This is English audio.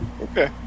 okay